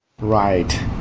Right